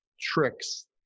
tricks